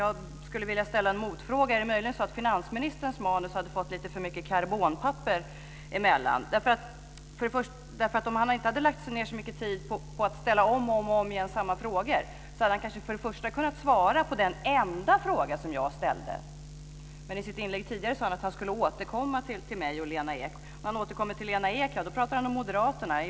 Jag skulle vilja ställa en motfråga: Är det möjligen så att det har blivit lite för mycket karbonpapper mellan finansministerns manus? Men i sitt inlägg tidigare sade han att han skulle återkomma till mig och Lena Ek. När han återkom till Lena Ek pratade han om moderaterna.